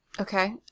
Okay